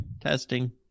Testing